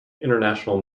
international